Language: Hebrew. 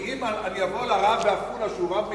ואם אני אבוא לרב בעפולה שהוא רב מקל,